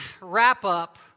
wrap-up